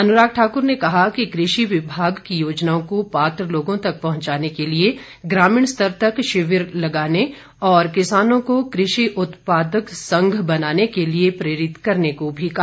अनुराग ठाक्र ने कहा कि क्रषि विभाग की योजनाओं को पात्र लोगों तक पहुंचाने के लिए ग्रामीण स्तर तक शिविर लगाने और किसानों को कृषि उत्पादन संघ बनाने के लिए प्रेरित करने को भी कहा